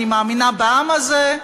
אני מאמינה בעם הזה,